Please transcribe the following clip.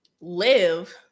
live